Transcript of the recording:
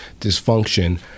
dysfunction